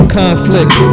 conflict